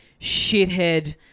shithead